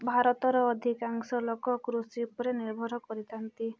ଭାରତର ଅଧିକାଂଶ ଲୋକ କୃଷି ଉପରେ ନିର୍ଭର କରିଥାନ୍ତି